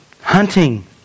hunting